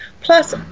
plus